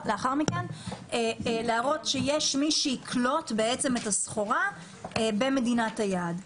מכן ידברו על זה שיש מי שיקלוט את הסחורה במדינת היעד.